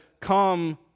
Come